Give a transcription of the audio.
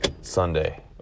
sunday